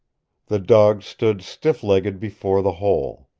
the dog stood stiff-legged before the hole.